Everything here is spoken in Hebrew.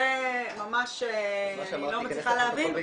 את זה אני לא מצליחה להבין.